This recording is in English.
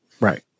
Right